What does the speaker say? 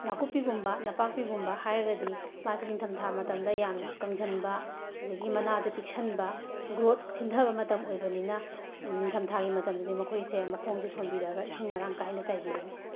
ꯅꯥꯀꯨꯞꯄꯤꯒꯨꯝꯕ ꯅꯄꯥꯛꯄꯤꯒꯨꯝꯕ ꯍꯥꯏꯔꯒꯗꯤ ꯃꯥꯁꯤ ꯅꯤꯡꯊꯝꯊꯥ ꯃꯇꯝꯗ ꯌꯥꯝꯅ ꯀꯪꯁꯤꯟꯕ ꯑꯗꯒꯤ ꯃꯅꯥꯗ ꯄꯤꯛꯁꯤꯟꯕ ꯒ꯭ꯔꯣꯠ ꯊꯤꯟꯊꯕ ꯃꯇꯝ ꯑꯣꯏꯕꯅꯤꯅ ꯅꯤꯡꯊꯝꯊꯥꯒꯤ ꯃꯇꯝꯗꯗꯤ ꯃꯈꯣꯏꯁꯦ ꯃꯈꯣꯡꯁꯦ ꯁꯣꯝꯕꯤꯔꯒ ꯏꯁꯤꯡ ꯃꯔꯥꯡ ꯀꯥꯏꯅ ꯆꯥꯏꯕꯤꯒꯅꯤ